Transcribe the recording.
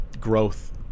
growth